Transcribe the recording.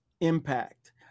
impact